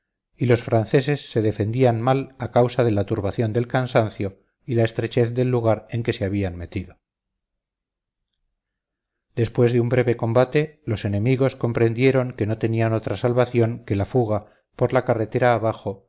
y los franceses se defendían mal a causa de la turbación del cansancio y la estrechez del lugar en que se habían metido después de un breve combate los enemigos comprendieron que no tenían otra salvación que la fuga por la carretera abajo